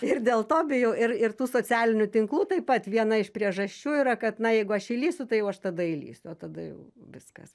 ir dėl to bijau ir ir tų socialinių tinklų taip pat viena iš priežasčių yra kad na jeigu aš įlįsiu tai jau aš tada įlįsiu o tada jau viskas